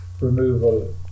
removal